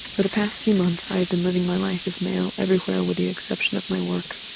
for the past few months i have been living my life as male everywhere with the exception of my work,